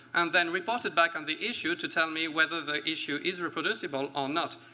and then reported back on the issue to tell me whether the issue is reproducible or not.